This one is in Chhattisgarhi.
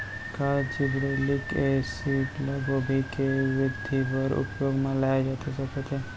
का जिब्रेल्लिक एसिड ल गोभी के वृद्धि बर उपयोग म लाये जाथे सकत हे?